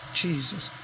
jesus